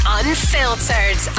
unfiltered